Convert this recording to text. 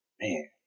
Man